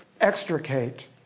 extricate